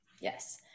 yes